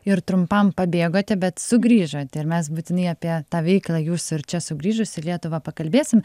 ir trumpam pabėgote bet sugrįžote ir mes būtinai apie tą veiklą jūsų ir čia sugrįžus į lietuvą pakalbėsim